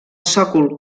sòcol